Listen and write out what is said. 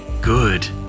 Good